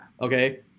Okay